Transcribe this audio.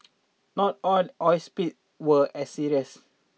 not all oil speak were as serious